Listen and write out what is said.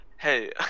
hey